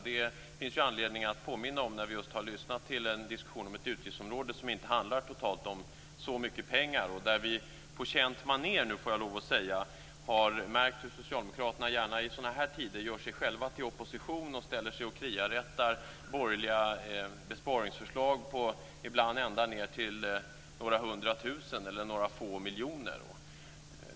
Detta finns det anledning att påminna om när vi just har lyssnat till en diskussion om ett utgiftsområde som inte handlar om så mycket pengar totalt. Vi har nu märkt hur socialdemokraterna på känt manér, får jag lov att säga, i sådana här tider gör sig själva till opposition och kriarättar borgerliga besparingsförslag på ibland ända ned till några hundra tusen eller några få miljoner.